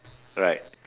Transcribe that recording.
right